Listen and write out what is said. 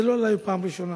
זה לא עלה היום בפעם הראשונה.